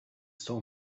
saw